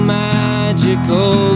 magical